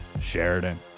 Sheridan